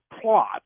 plot